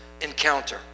encounter